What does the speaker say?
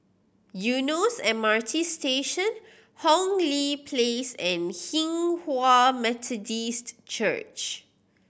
Eunos M R T Station Hong Lee Place and Hinghwa Methodist Church